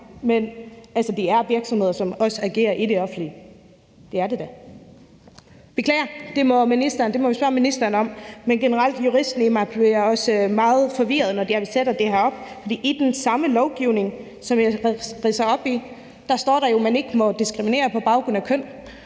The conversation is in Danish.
det er virksomheder, som også agerer i det offentlige – det er det da. Beklager, det må vi spørge ministeren om. Men generelt vil jeg sige, at juristen i mig bliver meget forvirret, når jeg sætter det her op. For i den samme lovgivning, som jeg ridser op, står der jo, at man ikke må diskriminere på baggrund af køn,